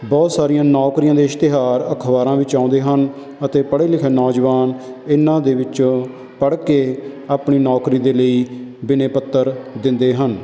ਬਹੁਤ ਸਾਰੀਆਂ ਨੌਕਰੀਆਂ ਦੇ ਇਸ਼ਤਿਹਾਰ ਅਖਬਾਰਾਂ ਵਿੱਚ ਆਉਂਦੇ ਹਨ ਅਤੇ ਪੜ੍ਹੇ ਲਿਖੇ ਨੌਜਵਾਨ ਇਹਨਾਂ ਦੇ ਵਿੱਚ ਪੜ੍ਹ ਕੇ ਆਪਣੀ ਨੌਕਰੀ ਦੇ ਲਈ ਬਿਨੈ ਪੱਤਰ ਦਿੰਦੇ ਹਨ